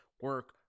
Work